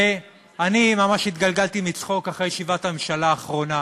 ואני ממש התגלגלתי מצחוק אחרי ישיבת הממשלה האחרונה,